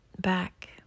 back